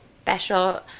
special